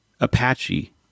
Apache